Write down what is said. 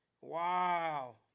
Wow